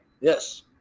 Yes